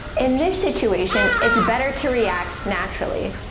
in this situation, it's better to react naturally.